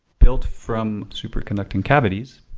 built from super conducting cavities,